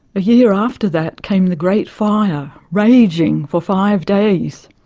a year after that came the great fire raging for five days.